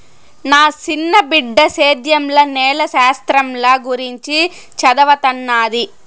నా సిన్న బిడ్డ సేద్యంల నేల శాస్త్రంల గురించి చదవతన్నాది